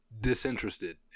disinterested